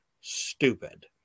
stupid